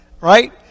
Right